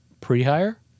pre-hire